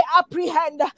apprehend